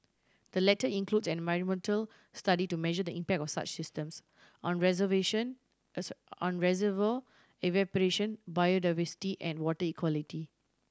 the latter includes an environmental study to measure the impact of such systems on reservation on reservoir evaporation biodiversity and water equality